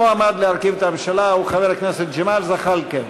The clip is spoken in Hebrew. המועמד להרכיב את הממשלה הוא חבר הכנסת ג'מאל זחאלקה.